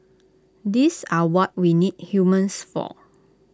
these are what we need humans for